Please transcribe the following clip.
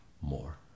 more